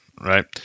Right